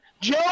Joe